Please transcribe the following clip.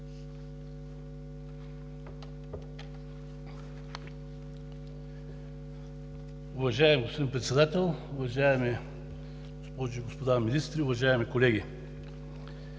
Уважаеми господин Председател, уважаеми госпожи и господа министри, уважаеми колеги!